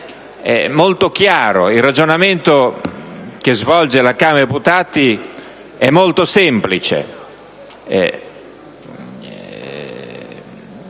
il ragionamento che svolge la Camera dei deputati è molto chiaro